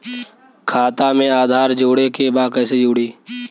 खाता में आधार जोड़े के बा कैसे जुड़ी?